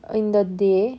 in the day